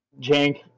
jank